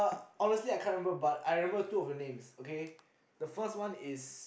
honestly I can't remember but I remember two of the names okay the first one is